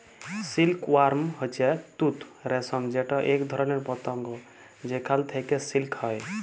silk worm হচ্যে তুত রেশম যেটা এক ধরণের পতঙ্গ যেখাল থেক্যে সিল্ক হ্যয়